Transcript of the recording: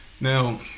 Now